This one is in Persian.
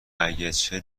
اگرچه